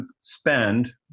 spend